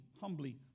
humbly